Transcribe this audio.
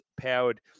powered